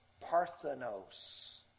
parthenos